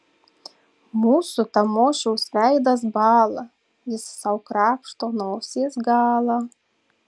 mūsų tamošiaus veidas bąla jis sau krapšto nosies galą